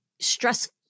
stress